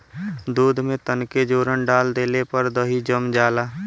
दूध में तनके जोरन डाल देले पर दही जम जाला